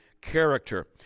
character